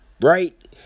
Right